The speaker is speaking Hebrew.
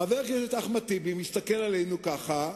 חבר הכנסת אחמד טיבי מסתכל עלינו ככה,